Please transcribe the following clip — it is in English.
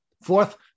Fourth